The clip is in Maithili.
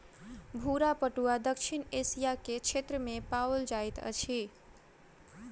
भूरा पटुआ दक्षिण एशिया के क्षेत्र में पाओल जाइत अछि